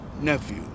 nephew